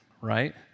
right